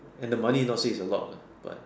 and the money not say is a lot lah but